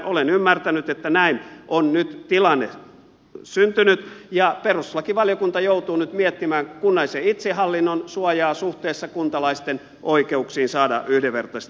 olen ymmärtänyt että näin on nyt tilanne syntynyt ja perustuslakivaliokunta joutuu nyt miettimään kunnallisen itsehallinnon suojaa suhteessa kuntalaisten oikeuksiin saada yhdenvertaisesti palvelut